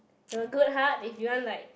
from a good heart if you want like